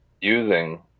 using